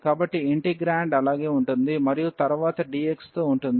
కాబట్టి ఇంటిగ్రేండ్ అలాగే ఉంటుంది మరియు తరువాత dx తో ఉంటుంది